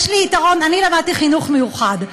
יש לי יתרון, אני למדתי חינוך מיוחד.